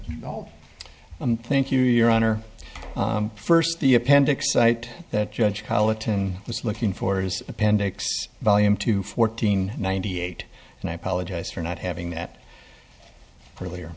once thank you your honor first the appendix site that judge politan was looking for his appendix volume two fourteen ninety eight and i apologize for not having that earlier